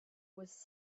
was